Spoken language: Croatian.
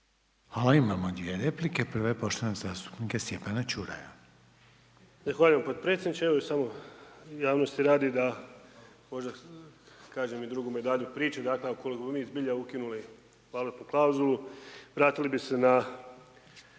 Hvala, imamo dvije replike. Prva je poštovanog zastupnika Stjepana Ćuraja. **Čuraj, Stjepan (HNS)** Zahvaljujem podpredsjedniče evo još samo javnosti radi da možda kažem i drugu medalju priče, dakle ukoliko bi mi zbilja ukinuli valutnu klauzulu vratili bi se na